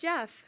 Jeff